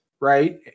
right